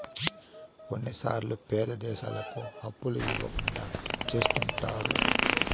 కొన్నిసార్లు పేద దేశాలకు అప్పులు ఇవ్వకుండా చెత్తుంటారు